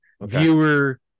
viewer